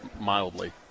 mildly